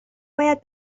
باید